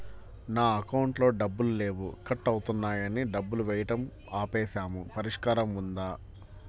నా అకౌంట్లో డబ్బులు లేవు కట్ అవుతున్నాయని డబ్బులు వేయటం ఆపేసాము పరిష్కారం ఉందా?